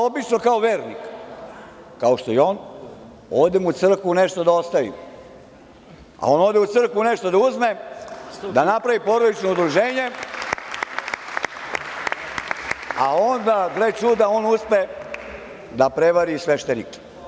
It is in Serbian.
Obično kao vernik, kao što je i on, odem u crkvu nešto da ostavim, a on ode u crkvu da nešto uzme da napravi porodično udruženje, a onda, gle čuda, on uspe da prevari sveštenike.